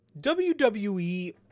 WWE